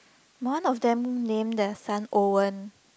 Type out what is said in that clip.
one of them named the son Owen